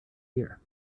year